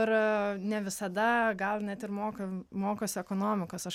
ir ne visada gal net ir mokam mokosi ekonomikos aš